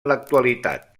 l’actualitat